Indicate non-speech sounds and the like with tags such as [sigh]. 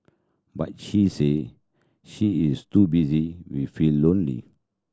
but she say she is too busy [unintelligible] feel lonely